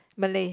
Malay